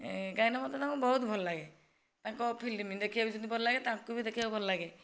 କାହିଁକି ନା ମତେ ତାଙ୍କୁ ବହୁତ ଭଲ ଲାଗେ ତାଙ୍କ ଫିଲ୍ମ ଦେଖିବାକୁ ଯେମିତି ଭଲ ଲାଗେ ତାଙ୍କୁ ବି ଦେଖିବାକୁ ଭଲ ଲାଗେ